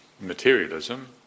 materialism